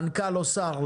מנכ"ל או שר,